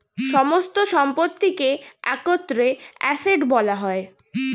সমস্ত সম্পত্তিকে একত্রে অ্যাসেট্ বলা হয়